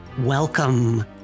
Welcome